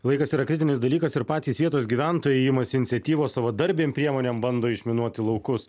laikas yra kritinis dalykas ir patys vietos gyventojai imasi iniciatyvos savadarbėm priemonėm bando išminuoti laukus